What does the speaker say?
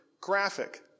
graphic